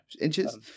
inches